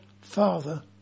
Father